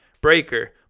Breaker